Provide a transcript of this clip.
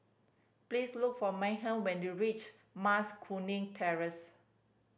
please look for Meghann when you reach Mas Kuning Terrace